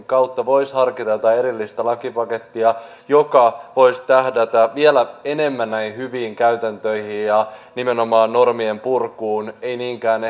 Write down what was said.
kautta voisi harkita jotain erillistä lakipakettia joka voisi tähdätä vielä enemmän näihin hyviin käytäntöihin ja nimenomaan normien purkuun ei niinkään